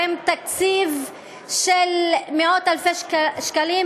עם תקציב של מאות-אלפי שקלים,